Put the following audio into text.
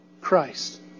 Christ